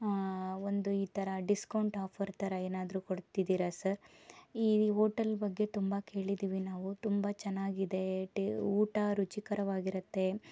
ಒಂದು ಈ ಥರ ಡಿಸ್ಕೌಂಟ್ ಆಫರ್ ಥರ ಏನಾದರೂ ಕೊಡ್ತಿದ್ದೀರಾ ಸರ್ ಈ ಓಟಲ್ ಬಗ್ಗೆ ತುಂಬ ಕೇಳಿದ್ದೀವಿ ನಾವು ತುಂಬ ಚೆನ್ನಾಗಿದೆ ಊಟ ರುಚಿಕರವಾಗಿರತ್ತೆ